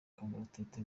kangaratete